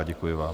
Děkuji vám.